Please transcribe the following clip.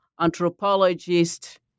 anthropologist